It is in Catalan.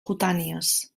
cutànies